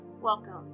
Welcome